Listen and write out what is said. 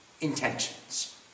intentions